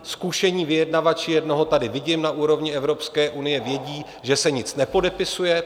Zkušení vyjednavači jednoho tady vidím na úrovni Evropské unie vědí, že se nic nepodepisuje.